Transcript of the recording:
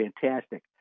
fantastic